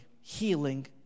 healing